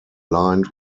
lined